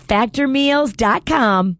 Factormeals.com